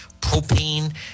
propane